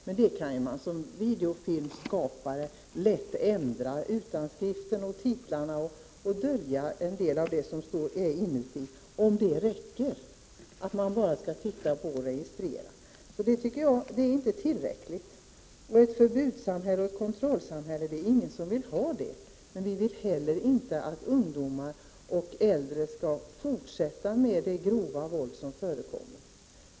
Men videofilmskapare har lätt att ändra på utskriften, t.ex. titlar, och dölja delar av innehållet om det räcker att man bara skall titta på och registrera. Det tycker jag inte är tillräckligt. Ett förbudsamhälle och kontrollsamhälle vill vi inte ha, men vi vill inte heller att det grova våld som förekommer bland ungdomar och äldre skall fortsätta.